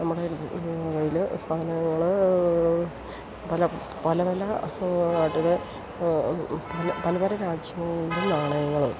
നമ്മുടെ കൈയ്യില് സാധനങ്ങള് പല പല പല പല നാട്ടിലെ പല പല പല രാജ്യങ്ങളുടെ നാണയങ്ങള്